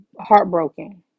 heartbroken